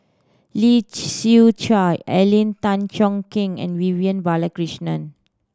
Lee Siew Choh Alvin Tan Cheong Kheng and Vivian Balakrishnan